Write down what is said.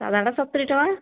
ସାଧାଟା ସତୁରି ଟଙ୍କା